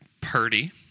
Purdy